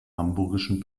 hamburgischen